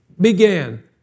began